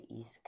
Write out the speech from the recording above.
East